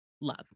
love